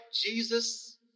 Jesus